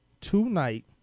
tonight